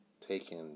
taken